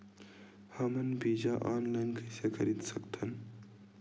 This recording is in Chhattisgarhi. हमन बीजा ऑनलाइन कइसे खरीद सकथन?